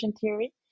theory